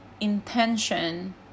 intention